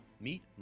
Meet